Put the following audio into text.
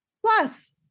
Plus